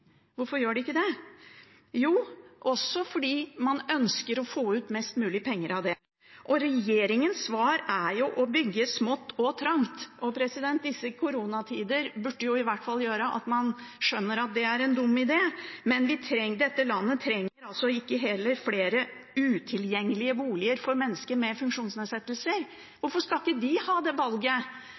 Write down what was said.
Hvorfor gjør de ikke det? Jo, det er også fordi man ønsker å få ut mest mulig penger av det. Regjeringens svar er å bygge smått og trangt, og disse koronatidene burde jo i hvert fall gjøre at man skjønner at det er en dum idé. Dette landet trenger heller ikke flere utilgjengelige boliger for mennesker med funksjonsnedsettelser. Hvorfor skal ikke de ha det valget